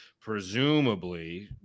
presumably